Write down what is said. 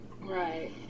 Right